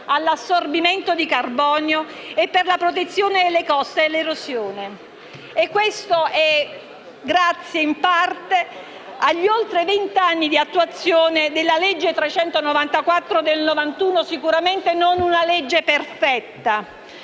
all'assorbimento di carbonio e per la protezione delle coste dall'erosione. Tutto ciò avviene in parte grazie agli oltre venti anni di attuazione della legge n. 394 del 1991. Sicuramente non è una legge perfetta,